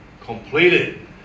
completed